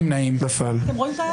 נפל.